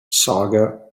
saga